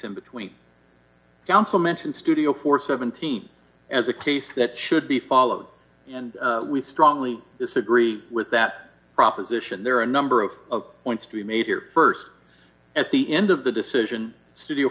in between counsel mention studio four hundred and seventeen as a case that should be followed and we strongly disagree with that proposition there are a number of points to be made here st at the end of the decision studio